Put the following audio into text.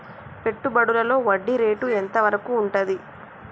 పెట్టుబడులలో వడ్డీ రేటు ఎంత వరకు ఉంటది?